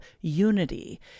unity